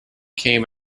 came